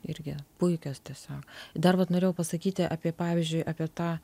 irgi puikios tiesiog dar vat norėjau pasakyti apie pavyzdžiui apie tą